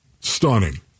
Stunning